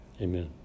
Amen